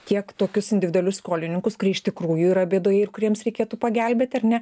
kiek tokius individualius skolininkus kurie iš tikrųjų yra bėdoje ir kuriems reikėtų pagelbėti ar ne